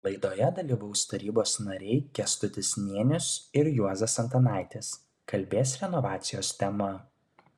laidoje dalyvaus tarybos nariai kęstutis nėnius ir juozas antanaitis kalbės renovacijos tema